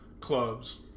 clubs